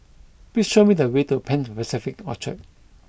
please show me the way to Pan Pacific Orchard